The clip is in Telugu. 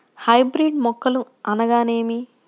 హైబ్రిడ్ మొక్కలు అనగానేమి?